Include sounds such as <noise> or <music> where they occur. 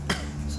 <coughs>